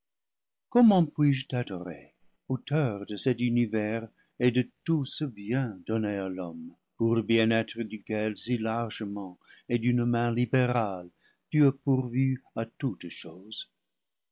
gomment puis-je t'adorer auteur de cet univers et de tout ce bien donné à l'homme pour le bien-être duquel si largement et d'une main libérale tu as pourvu à toutes choses